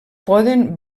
poden